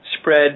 spread